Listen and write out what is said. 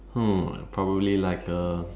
hmm probably like a